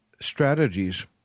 strategies